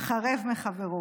חרב מחברו.